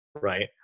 right